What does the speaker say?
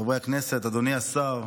חברי הכנסת, אדוני השר,